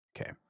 Okay